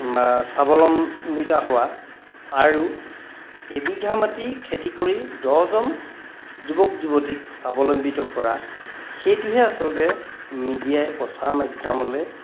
বা স্বাৱলম্বিত হোৱা আৰু এবিঘা মাটি খেতি কৰি দহজন যুৱক যুৱতীক স্বাৱলম্বিত কৰা সেইটোহে আচলতে মিডিয়াই প্ৰচাৰ মাধ্যমলৈ